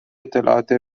اطلاعات